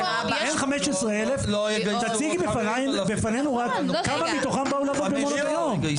15,000 ותציגי בפנינו כמה מתוכן באו לעבוד במעונות היום.